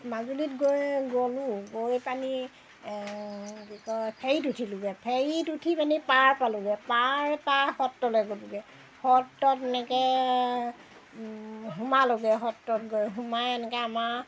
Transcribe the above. মাজুলীত গৈ গ'লোঁ গৈ পেলানি কি কয় ফেৰীত উঠিলোঁগৈ ফেৰীত উঠি পিনি পাৰ পালোঁগৈ পাৰৰ পৰা সত্ৰলৈ গ'লোঁগৈ সত্ৰত এনেকৈ সোমালোঁগৈ সত্ৰত গৈ সোমাই এনেকৈ আমাৰ